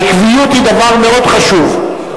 העקביות היא דבר מאוד חשוב,